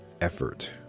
effort